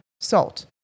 salt